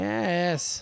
Yes